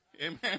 Amen